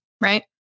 Right